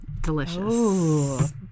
Delicious